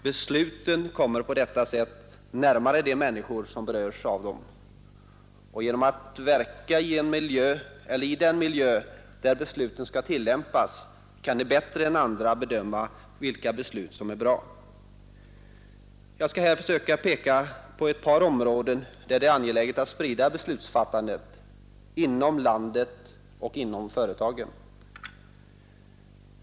Besluten kommer på detta sätt närmare de människor som berörs av dem, Genom att verka i den miljö där besluten skall tillämpas kan de bättre än andra bedöma vilka beslut som är bra. Jag skall här försöka peka på ett par områden där det är angeläget att sprida beslutsfattandet: inom landet och inom företagen.